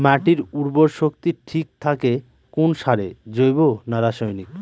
মাটির উর্বর শক্তি ঠিক থাকে কোন সারে জৈব না রাসায়নিক?